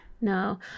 No